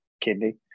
Kidney